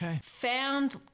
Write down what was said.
found